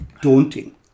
daunting